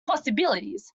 possibilities